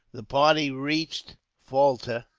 the party reached falta,